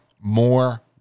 more